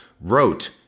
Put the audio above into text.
wrote